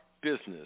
business